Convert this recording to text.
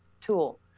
tool